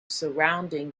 surrounding